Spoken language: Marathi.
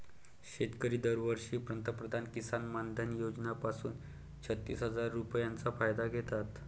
शेतकरी दरवर्षी पंतप्रधान किसन मानधन योजना पासून छत्तीस हजार रुपयांचा फायदा घेतात